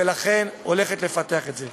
ולכן הולכת לפתח את זה.